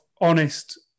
honest